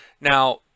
Now